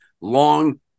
long